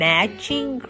Matching